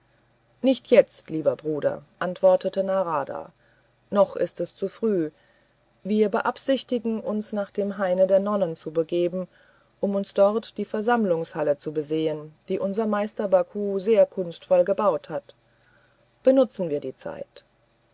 nicht jetzt lieber bruder antwortete narada noch ist es zu früh wir beabsichtigen uns nach dem haine der nonnen zu begeben um uns dort die versammlungshalle zu besehen die unser meister baku sehr kunstvoll gebaut hat benutzen wir die zeit